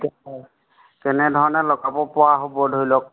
কেনেধৰণে লগাবপৰা হ'ব ধৰি লওক